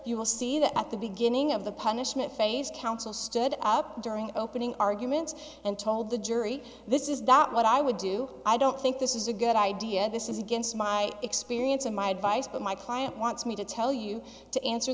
you will see that at the beginning of the punishment phase counsel stood up during the opening arguments and told the jury this is that what i would do i don't think this is a good idea this is against my experience and my advice but my client wants me to tell you to answer